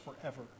forever